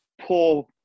poor